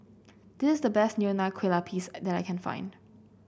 this is the best Nonya Kueh Lapis that I can find